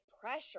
pressure